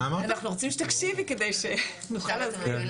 אנחנו רוצים שתקשיבי כדי שנוכל להסביר.